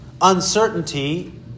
uncertainty